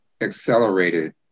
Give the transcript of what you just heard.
accelerated